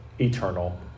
eternal